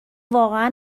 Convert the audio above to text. واقعا